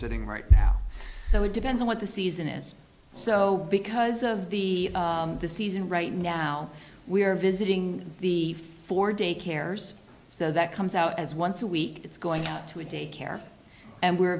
sitting right now so it depends on what the season is so because of the the season right now we're visiting the four day cares so that comes out as once a week it's going to daycare and we're